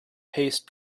paste